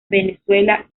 venezuela